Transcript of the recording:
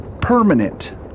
permanent